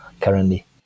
currently